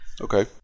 Okay